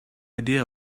idea